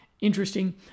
interesting